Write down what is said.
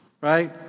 right